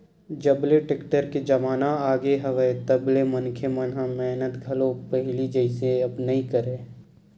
जब ले टेक्टर के जमाना आगे हवय तब ले मनखे मन ह मेहनत घलो पहिली जइसे अब नइ करय